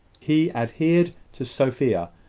he adhered to sophia,